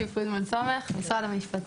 שמי שושי פרידמן-סומך, משרד המשפטים.